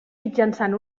mitjançant